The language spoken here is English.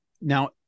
Now